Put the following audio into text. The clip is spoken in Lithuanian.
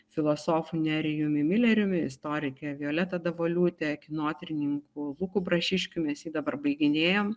filosofu nerijumi mileriumi istorike violeta davoliūte kinotyrininku luku brašiškiu mes jį dabar baiginėjam